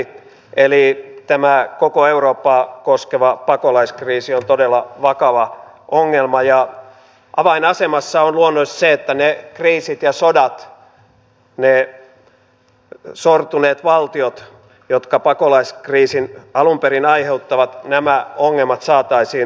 eli tämä koko eurooppaa koskeva pakolaiskriisi on todella vakava ongelma ja avainasemassa on luonnollisesti se että kriisit ja sodat niissä sortuneissa valtioissa jotka pakolaiskriisin alun perin aiheuttavat ja näiden ongelmat saataisiin ratkaistua